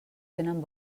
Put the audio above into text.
tenen